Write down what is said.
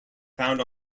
found